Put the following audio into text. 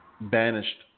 banished